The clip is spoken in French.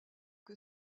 que